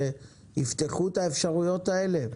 שיפתחו את האפשרויות האלה?